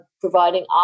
providing